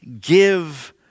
give